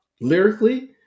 lyrically